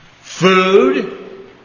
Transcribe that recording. food